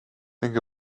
think